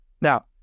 now